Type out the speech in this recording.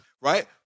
right